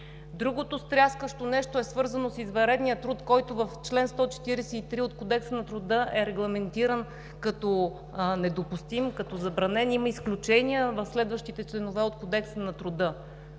Другото стряскащо нещо е свързано с извънредния труд, който в чл. 143 от Кодекса на труда е регламентиран като недопустим, като забранен – има изключения в следващите членове от Кодекса на труда,